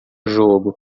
jogo